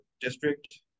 district